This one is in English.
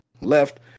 left